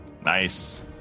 nice